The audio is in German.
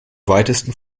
weitesten